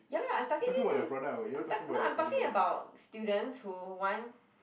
ya lah I targeting to I'm talk~ no I'm talking about students who want